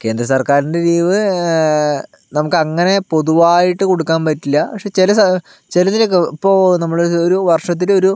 കേന്ദ്ര സർക്കാരിൻ്റെ ലീവ് നമുക്കങ്ങനെ പൊതുവായിട്ട് കൊടുക്കാൻ പറ്റില്ല പക്ഷേ ചില ചിലതിലൊക്കെ ഇപ്പോൾ നമ്മൾ ഒരു വർഷത്തിലൊരു